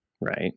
right